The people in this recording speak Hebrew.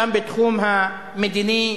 גם בתחום המדיני,